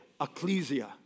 ecclesia